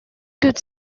could